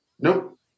Nope